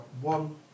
one